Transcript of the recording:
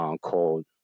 called